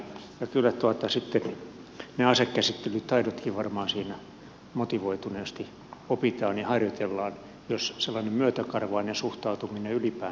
kyllä ne aseenkäsittelytaidotkin varmaan siinä sitten motivoituneesti opitaan ja harjoitellaan jos sellainen myötäkarvainen suhtautuminen ylipäänsä siihen varusmiesaikaan ja siihen koulutukseen saadaan tätä kautta syntymään